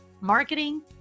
marketing